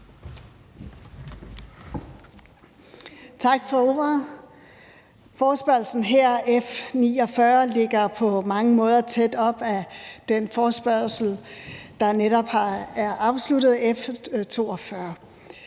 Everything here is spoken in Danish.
Tak for ordet. Forespørgslen her, F 49, ligger på mange måder tæt op ad den forespørgsel, der netop er afsluttet, F 42.